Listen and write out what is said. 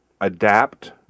adapt